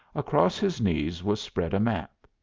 across his knees was spread a map.